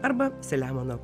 arba selemono